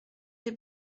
les